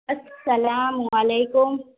السلام علیکم